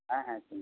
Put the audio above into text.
হ্যাঁ হ্যাঁ শুনি